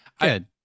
Good